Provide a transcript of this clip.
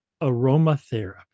aromatherapy